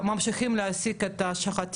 בגופים לא מוכרים, בגופים רפורמים